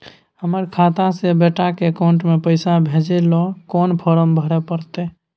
हमर खाता से बेटा के अकाउंट में पैसा भेजै ल कोन फारम भरै परतै?